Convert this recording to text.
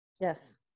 Yes